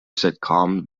sitcom